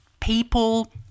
people